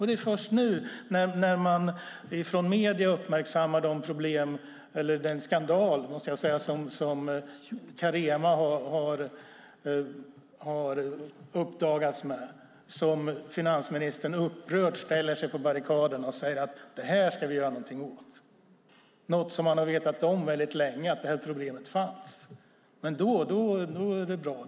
Det är först nu när medierna uppmärksammar Caremaskandalen som finansministern upprört ställer sig på barrikaderna och säger att man ska göra något åt detta. Man har länge vetat om att problemet finns. Men då är det bra.